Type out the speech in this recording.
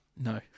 No